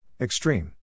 Extreme